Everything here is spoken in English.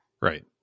Right